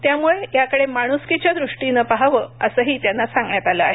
त्यामुळेच याकडे माणूसकीच्या दृष्टीने याकडे पाहावे असंही त्यांना सांगण्यात आलं आहे